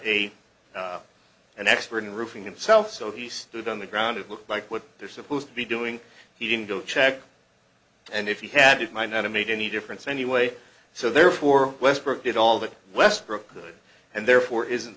a an expert in roofing himself so he stood on the ground it looked like what they're supposed to be doing he didn't go check and if he had it might not have made any difference anyway so therefore westbrook did all that westbrook good and therefore isn't